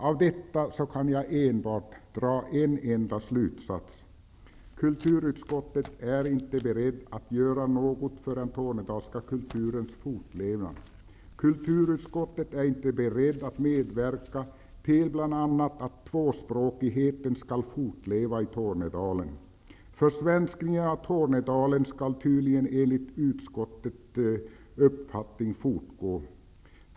Av detta kan jag dra en enda slutsats: Kulturutskottet är inte berett att göra något för den tornedalska kulturens fortlevnad. Kulturutskottet är inte berett att medverka till bl.a. att tvåspråkigheten skall fortleva i Tornedalen. Försvenskningen av Tornedalen skall tydligen enligt utskottets uppfattning fortgå.